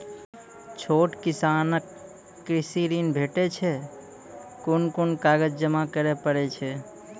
छोट किसानक कृषि ॠण भेटै छै? कून कून कागज जमा करे पड़े छै?